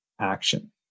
action